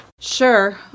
Sure